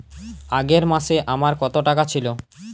আগের মাসে আমার কত টাকা ছিল?